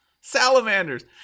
salamanders